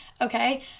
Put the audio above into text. okay